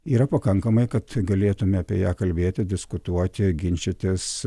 yra pakankamai kad galėtume apie ją kalbėti diskutuoti ginčytis